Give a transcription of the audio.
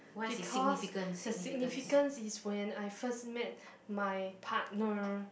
because the significance is when I first met my partner